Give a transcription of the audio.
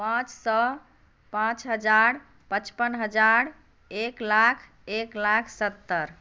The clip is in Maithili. पाँच सए पाँच हजार पचपन हजार एक लाख एक लाख सत्तरि